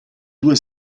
due